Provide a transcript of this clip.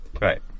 Right